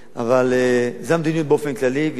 אבל זאת המדיניות באופן כללי והיא כרגע